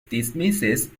dismisses